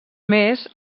més